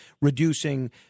reducing